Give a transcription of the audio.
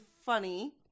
funny